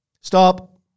Stop